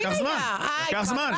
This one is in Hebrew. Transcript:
לקח זמן אבל התבגרנו.